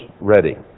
ready